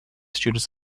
students